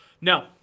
no